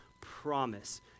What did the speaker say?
promise